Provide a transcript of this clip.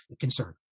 concern